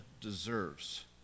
deserves